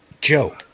Joe